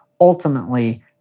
Ultimately